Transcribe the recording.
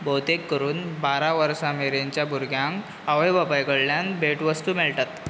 भौतेक करून बारा वर्सां मेरेनच्या भुरग्यांक आवय बापाय कडल्यान भेटवस्तू मेळटात